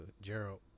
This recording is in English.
gerald